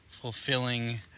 fulfilling